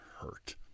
hurt